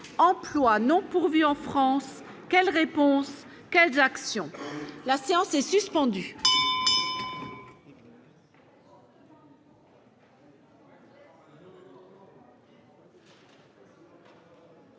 emplois non pourvus en France quelles réponses, quelles actions la séance est suspendue.